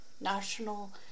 national